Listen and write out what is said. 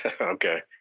okay